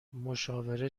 مشاوره